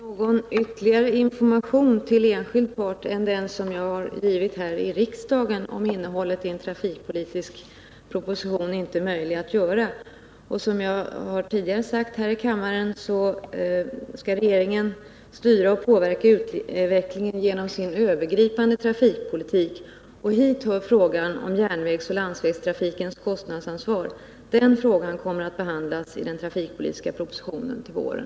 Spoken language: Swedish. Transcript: Herr talman! Någon ytterligare information till enskild part än den som jag har givit här i riksdagen om innehållet i en trafikpolitisk proposition är inte möjlig att lämna. Som jag tidigare har sagt här i kammaren skall regeringen styra och påverka utvecklingen genom sin övergripande trafikpolitik. Hit hör frågan om järnvägsoch landsvägstrafikens kostnadsansvar. Den frågan kommer att behandlas i den trafikpolitiska propositionen till våren.